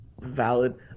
valid